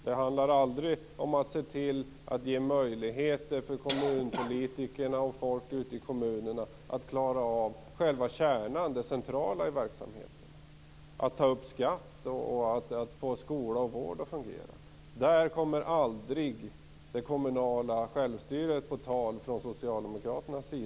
Det handlar aldrig om att se till att ge kommunpolitikerna och folk ute i kommunerna möjligheter att klara av själva kärnan, det centrala i verksamheten. När det gäller att ta upp skatt och få skola och vård att fungera förs aldrig det kommunala självstyret på tal här i kammaren.